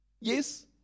Yes